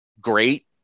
great